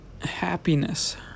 Happiness